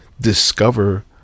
discover